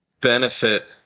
benefit